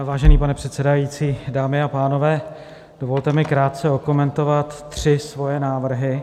Vážený pane předsedající, dámy a pánové, dovolte mi krátce okomentovat tři své návrhy.